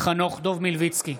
חנוך דב מלביצקי,